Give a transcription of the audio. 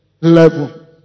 level